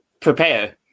prepare